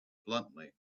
bluntly